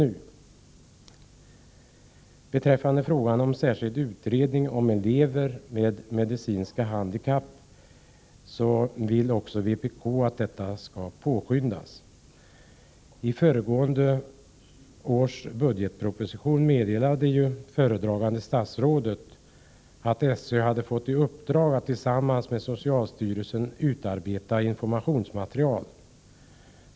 Vpk vill också att frågan om särskild utredning om elever med medicinska handikapp skall påskyndas. I föregående års budgetproposition meddelade föredragande statsrådet att SÖ fått i uppdrag att tillsammans med socialstyrelsen utarbeta informationsmaterial.